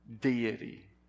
deity